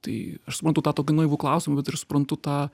tai aš suprantu tą tokį naivų klausimą bet ir suprantu tą